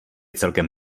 celkem